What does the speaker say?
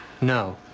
No